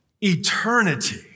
eternity